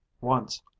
Once